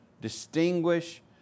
distinguish